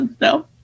no